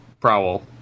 prowl